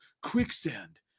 Quicksand